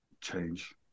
change